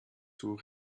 two